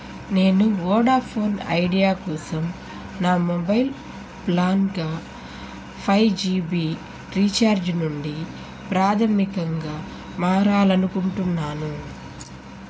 నేను Vodafone Idea కోసం నా మొబైల్ ప్లాన్గా ఫైవ్ జీబీ రీఛార్జ్ నుండి ప్రాథమికంగా మారాలి అనుకుంటున్నాను